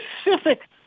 specific